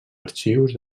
arxius